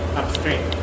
upstream